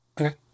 Okay